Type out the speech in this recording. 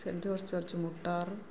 saint George church Muttar